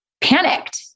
panicked